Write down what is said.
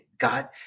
God